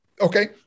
Okay